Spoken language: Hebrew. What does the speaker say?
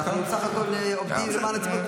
אנחנו בסך הכול עובדים למען הציבור,